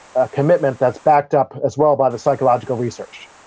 a commitment that's backed up as well by the psychological research.